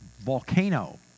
volcano